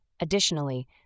Additionally